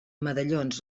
medallons